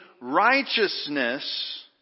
righteousness